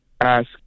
ask